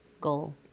goal